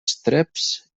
estreps